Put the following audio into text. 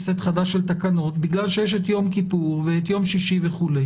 סט חדש של תקנות בגלל שיש את יום כיפור ויום שישי וכו'.